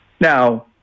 now